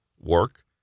work